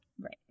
Right